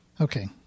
okay